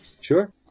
Sure